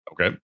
okay